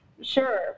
sure